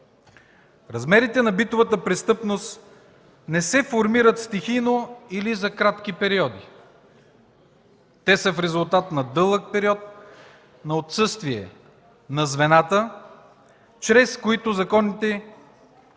Размерите на битовата престъпност не се формират стихийно или за кратки периоди. Те са в резултат на дълъг период на отсъствие на звената, чрез които законите